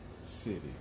city